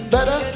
Better